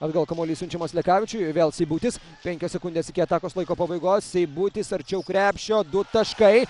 atgal kamuolys siunčiamas lekavičiui vėl seibutis penkios sekundės iki atakos laiko pabaigos seibutis arčiau krepšio du taškai